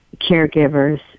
caregivers